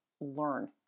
learn